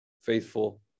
faithful